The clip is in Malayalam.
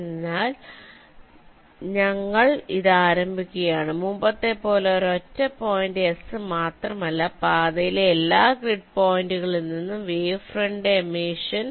അതിനാൽ ഞങ്ങൾ ഇത് ആരംഭിക്കുകയാണ് മുമ്പത്തെപ്പോലെ ഒരൊറ്റ പോയിന്റ് എസ് മാത്രമല്ല പാതയിലെ എല്ലാ ഗ്രിഡ് പോയിന്റുകളിൽ നിന്നും വേവ് ഫ്രണ്ട് എമേഷൻ